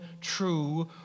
true